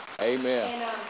Amen